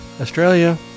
Australia